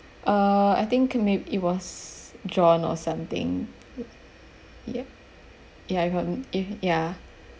uh I think can be it was john or something ya ya you if I'm if ya